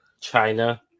China